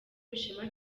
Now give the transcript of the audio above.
ishema